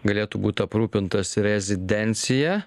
galėtų būt aprūpintas rezidencija